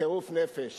בחירוף נפש